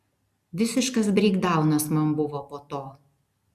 visiškas breikdaunas man buvo po to